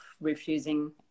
refusing